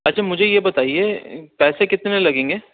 اچھا مجھے یہ بتائیے پیسے کتنے لگیں گے